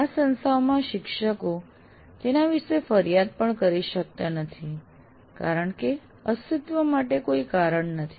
આ સંસ્થાઓમાં શિક્ષકો તેના વિશે ફરિયાદ પણ કરી શકતા નથી કારણ કે અસ્તિત્વ માટે કોઈ કારણ નથી